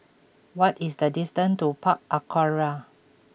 what is the distance to Park Aquaria